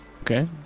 Okay